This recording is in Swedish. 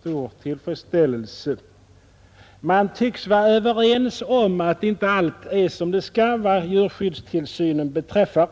stor tillfredsställelse. Vi tycks vara överens om att inte allt är som det skall vad djurskyddstillsynen beträffar.